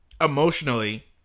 emotionally